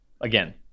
again